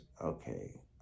okay